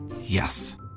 Yes